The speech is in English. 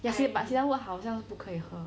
ya but cedar wood 好像不可以喝